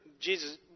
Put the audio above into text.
Jesus